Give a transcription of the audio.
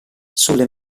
sulle